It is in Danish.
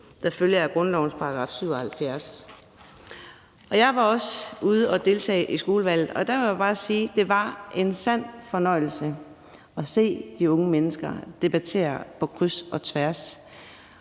der følger af grundlovens § 77. Jeg var også ude at deltage i skolevalget, og der vil jeg bare sige, at det var en sand fornøjelse at se de unge mennesker debattere på kryds og tværs.